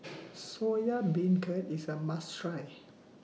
Soya Beancurd IS A must Try